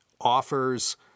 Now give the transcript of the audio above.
offers